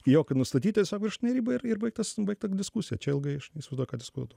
jokio nustatyt tiesiog viršutinę ribą ir baigtas baigta diskusija čia ilgai aš neįsivaizduoju ką diskutuot